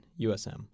USM